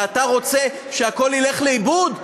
ואתה רוצה שהכול ילך לאיבוד?